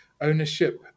ownership